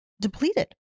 depleted